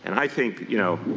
and i think, you know,